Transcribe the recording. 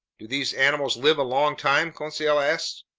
do these animals live a long time? conseil asked.